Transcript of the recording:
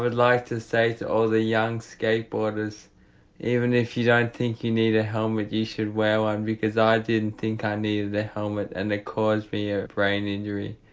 like to say to all the young skate boarders even if you don't think you need a helmet you should wear one because i didn't think i needed a helmet and it caused me a brain injury.